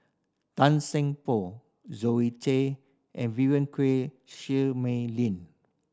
Tan Seng Poh Zoe Tay and Mei Lin